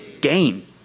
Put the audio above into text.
Gain